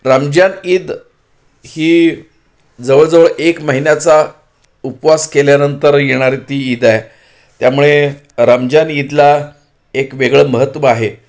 रमजान ईद ही जवळजवळ एक महिन्याचा उपवास केल्यानंतर येणारी ती ईद आहे त्यामुळे रमजान ईदला एक वेगळं महत्त्व आहे